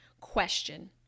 question